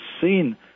seen